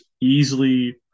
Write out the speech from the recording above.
easily